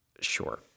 Sure